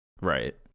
Right